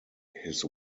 his